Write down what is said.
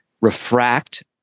Refract